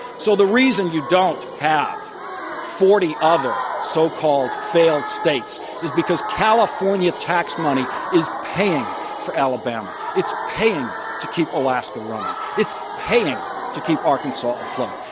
so the reason you don't have forty other so called failed states is because california tax money is paying for alabama, it's paying to keep alaska running, it's paying to keep arkansas afloat.